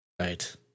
Right